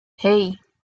hey